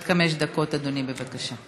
עד חמש דקות, אדוני, בבקשה.